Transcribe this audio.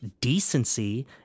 decency